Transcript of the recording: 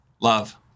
Love